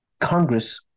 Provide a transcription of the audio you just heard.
Congress